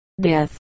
death